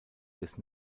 des